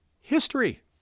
history